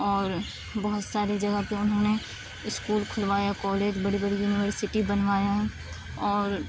اور بہت ساری جگہ پہ انہوں نے اسکول کھلوایا کالج بڑی بڑی یونیورسٹی بنوایا اور